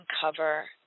cover